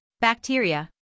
bacteria